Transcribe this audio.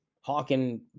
hawking